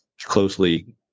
closely